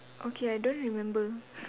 okay I don't remember